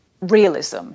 realism